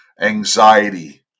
anxiety